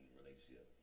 relationship